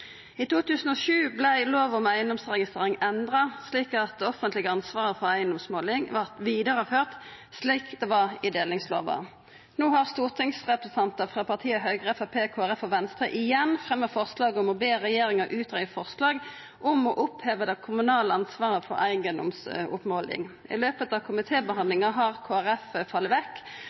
I 2007 vart lov om eigedomsregistrering endra, slik at det offentlege ansvaret for eigedomsmåling vart vidareført slik det var i delingslova. No har stortingsrepresentantar frå partia Høgre, Framstegspartiet, Kristeleg Folkeparti og Venstre igjen fremja forslag om å be regjeringa utgreia forslag om å oppheva det kommunale ansvaret for eigedomsoppmåling. I løpet av komitébehandlinga har Kristeleg Folkeparti falle vekk,